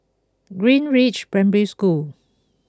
Greenridge Primary School